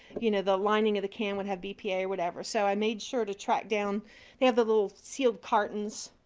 you know, the lining of the can would have bpa or whatever. so i made sure to track down they have the little sealed cartons.